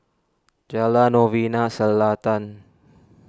Jalan Novena Selatan